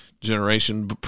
generation